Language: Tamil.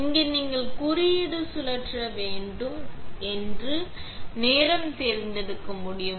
இங்கே நீங்கள் குறியீடு சுழற்ற வேண்டும் என்று நேரம் தேர்ந்தெடுக்க முடியும்